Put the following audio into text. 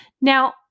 Now